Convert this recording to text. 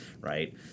right